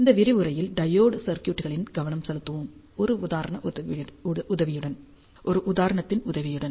இந்த விரிவுரையில் டையோடு சர்க்யூட்களில் கவனம் செலுத்துவோம் ஒரு உதாரணத்தின் உதவியுடன்